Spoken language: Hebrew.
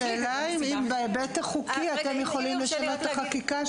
השאלה היא אם בהיבט החוקי אתם יכולים לשנות את החקיקה.